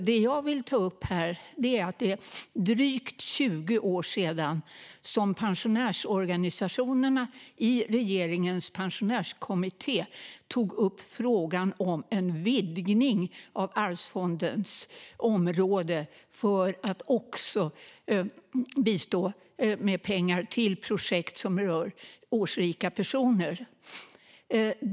Det jag vill ta upp är att det är drygt 20 år sedan som pensionärsorganisationerna i regeringens pensionärskommitté förde fram frågan om en vidgning av Arvsfondens område för att också bistå med pengar till projekt som berör årsrika personer.